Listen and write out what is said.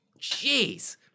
Jeez